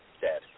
dead